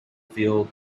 field